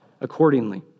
accordingly